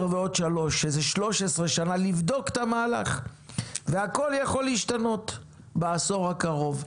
ועוד שלוש שזה 13 שנה לבדוק את המהלך והכול יכול להשתנות בעשור הקרוב.